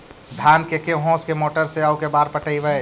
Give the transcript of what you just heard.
धान के के होंस के मोटर से औ के बार पटइबै?